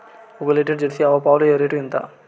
ఒక litre jersey ఆవు పాలు రేటు ఎంత?